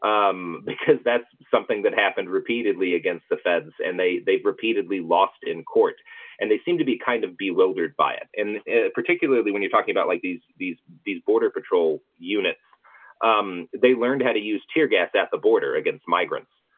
um, because that's something that happened repeatedly against the feds and they they've repeatedly lost in court and they seem to be kind of bewildered by it and particularly when you're talking about like these these these border patrol units um, they learned how to use tear gas at the border against migrants.